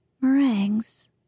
Meringues